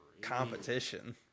competition